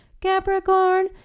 capricorn